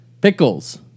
Pickles